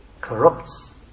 corrupts